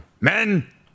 Men